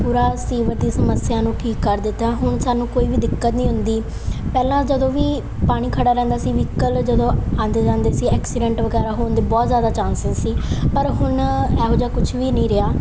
ਪੂਰਾ ਸੀਵਰ ਦੀ ਸਮੱਸਿਆ ਨੂੰ ਠੀਕ ਕਰ ਦਿੱਤਾ ਹੁਣ ਸਾਨੂੰ ਕੋਈ ਵੀ ਦਿੱਕਤ ਨਹੀਂ ਹੁੰਦੀ ਪਹਿਲਾਂ ਜਦੋਂ ਵੀ ਪਾਣੀ ਖੜ੍ਹਾ ਰਹਿੰਦਾ ਸੀ ਵਹੀਕਲ ਜਦੋਂ ਆਉਂਦੇ ਜਾਂਦੇ ਸੀ ਐਕਸੀਡੈਂਟ ਵਗੈਰਾ ਹੋਣ ਦੇ ਬਹੁਤ ਜ਼ਿਆਦਾ ਚਾਂਸਿਸ ਸੀ ਪਰ ਹੁਣ ਇਹੋ ਜਿਹਾ ਕੁਛ ਵੀ ਨਹੀਂ ਰਿਹਾ